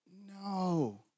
No